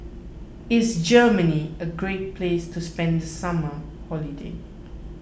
is Germany a great place to spend the summer holiday